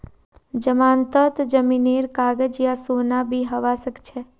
जमानतत जमीनेर कागज या सोना भी हबा सकछे